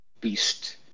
beast